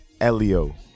Elio